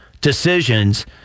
decisions